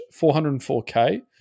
404K